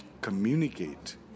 communicate